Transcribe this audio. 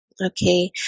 Okay